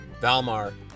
Valmar